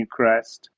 newcrest